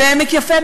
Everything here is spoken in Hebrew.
בעמק יפה,